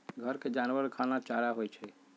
घर के जानवर के खाना चारा होई छई